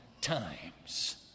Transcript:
times